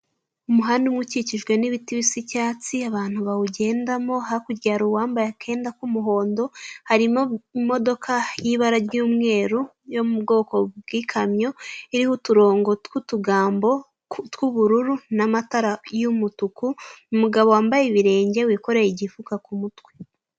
Umuhanda umwe ukikijwe nibiti bya icyatsi, abantu bawugendamo hakurya hari uwambaye akenda k'umuhondo, hariho imodoka y'ibara ry'umweru yo mubwoko bwa ikamyo iriho uturongo twa utugambo tw'ubururu na amatara yumutuku, umugabo wambaye ibirenge wikoreye igifuka kumutwe.